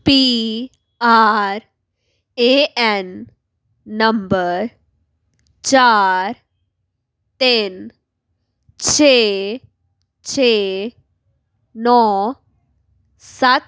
P R A N number ਚਾਰ ਤਿੰਨ ਛੇ ਛੇ ਨੌਂ ਸੱਤ